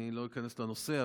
אני לא איכנס לנושא,